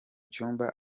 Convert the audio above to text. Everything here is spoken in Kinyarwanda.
cyumba